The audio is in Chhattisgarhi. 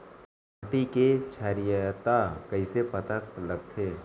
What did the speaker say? माटी के क्षारीयता कइसे पता लगथे?